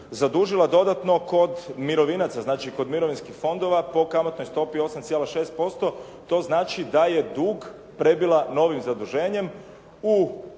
zadužila dodatno kod mirovinaca, znači kod mirovinskih fondova po kamatnoj stopi 8,6%. To znači da je dug prebila novim zaduženjem u